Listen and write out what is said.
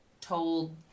told